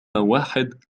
واحد